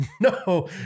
No